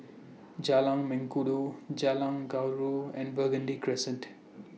Jalan Mengkudu Jalan Gaharu and Burgundy Crescent